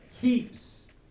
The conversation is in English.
Keeps